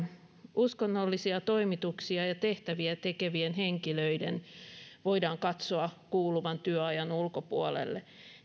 uskonnollisia toimituksia ja tehtäviä tekevien henkilöiden voidaan katsoa kuuluvan työaikalain ulkopuolelle